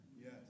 Yes